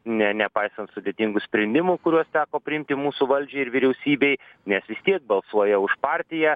ne nepaisant sudėtingų sprendimų kuriuos teko priimti mūsų valdžiai ir vyriausybei nes vis tiek balsuoja už partiją